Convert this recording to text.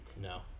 No